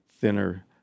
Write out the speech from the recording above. thinner